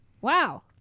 wow